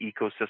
ecosystem